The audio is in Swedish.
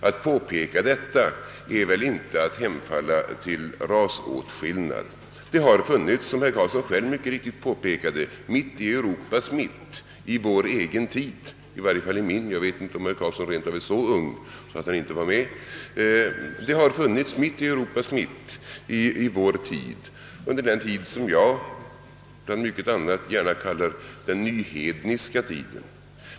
Att påpeka detta är väl inte att hemfalla till rasåtskillnad! Sådana länder och läror har, som herr Carlsson mycket riktigt påpekade, funnits i Europas mitt i vår egen tid — i varje fall i min tid; jag vet inte om herr Carlsson rentav är så ung att han inte var med. Det har funnits i Europas mitt i vår tid under den period som jag gärna kallar den nyhedniska tiden.